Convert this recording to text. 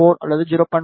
4 அல்லது 0